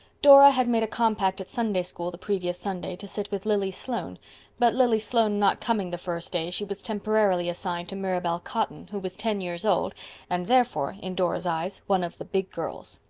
dora had made a compact at sunday school the previous sunday to sit with lily sloane but lily sloane not coming the first day, she was temporarily assigned to mirabel cotton, who was ten years old and therefore, in dora's eyes, one of the big girls.